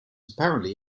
apparently